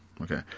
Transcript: Okay